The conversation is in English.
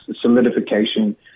solidification